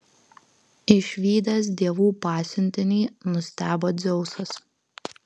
išvydęs dievų pasiuntinį nustebo dzeusas